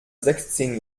sechzehn